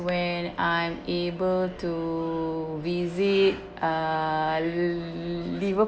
when I'm able to visit uh l~ liverpool